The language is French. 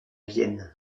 vienne